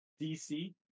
DC